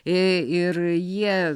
ir jie